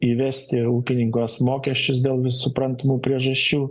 įvesti ūkininkams mokesčius dėl suprantamų priežasčių